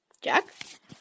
Jack